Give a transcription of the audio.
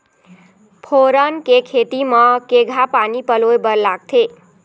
फोरन के खेती म केघा पानी पलोए बर लागथे?